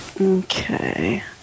Okay